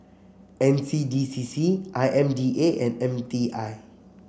N C D C C I M D A and M D I